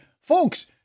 Folks